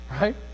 Right